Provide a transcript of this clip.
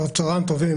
צוהריים טובים.